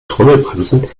trommelbremsen